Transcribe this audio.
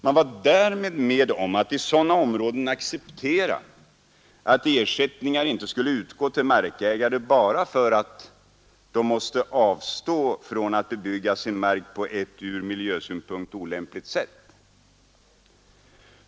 Man var alltså med om att i sådana områden acceptera att ersättningar inte skulle utgå till markägare bara för att de måste avstå från att bebygga sin mark på ett ur miljösynpunkt olämpligt sätt.